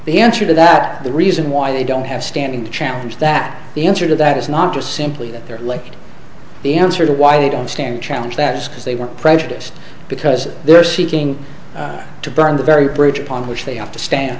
the answer to that the reason why they don't have standing to challenge that the answer to that is not just simply that they're like the answer to why they don't stand a challenge that is because they were prejudiced because they're seeking to burn the very bridge upon which they have to stand